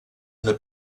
una